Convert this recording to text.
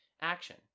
action